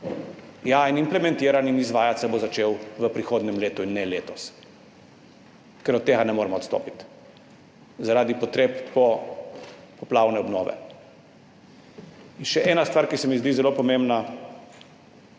in implementiran bo in izvajati se bo začel v prihodnjem letu, ne letos. Ker od tega ne moremo odstopiti zaradi potreb popoplavne obnove. Še ena stvar, ki se mi zdi zelo pomembna.